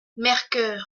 mercœur